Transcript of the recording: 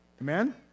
Amen